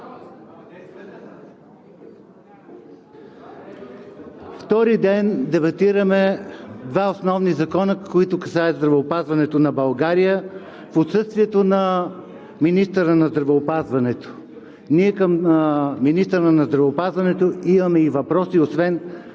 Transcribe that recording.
Втори ден дебатираме два основни закона, които касаят здравеопазването на България, в отсъствието на министъра на здравеопазването. Ние към министъра на здравеопазването имаме и въпроси освен